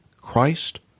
Christ